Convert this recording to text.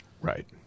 Right